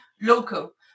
local